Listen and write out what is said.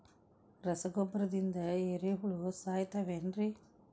ರಸಗೊಬ್ಬರದಿಂದ ಏರಿಹುಳ ಸಾಯತಾವ್ ಏನ್ರಿ?